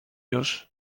już